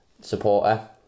supporter